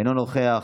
אינו נוכח,